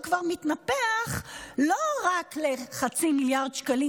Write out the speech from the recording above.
כבר מתנפח לא רק לחצי מיליארד שקלים,